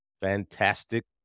fantastic